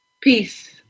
Peace